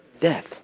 Death